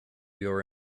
your